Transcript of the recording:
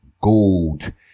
Gold